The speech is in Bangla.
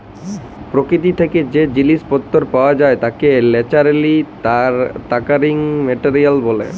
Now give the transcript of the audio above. পরকিতি থ্যাকে যে জিলিস পত্তর পাওয়া যায় তাকে ন্যাচারালি অকারিং মেটেরিয়াল ব্যলে